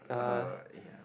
uh ya